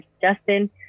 Justin